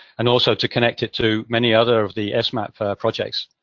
and also, to connect it to many other of the esmap projects.